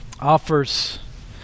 offers